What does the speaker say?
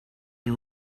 and